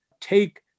take